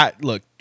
Look